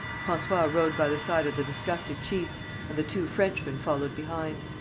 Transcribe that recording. francois rode by the side of the disgusted chief and the two frenchmen followed behind.